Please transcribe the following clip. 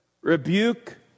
rebuke